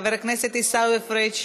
חבר הכנסת עיסאווי פריג'